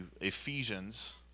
Ephesians